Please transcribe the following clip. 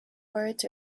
words